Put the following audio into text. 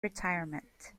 retirement